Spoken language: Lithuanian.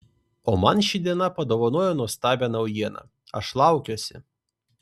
o man ši diena padovanojo nuostabią naujieną aš laukiuosi